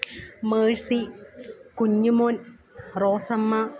Mercy Kunjumon Rosamma